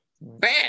bad